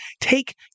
take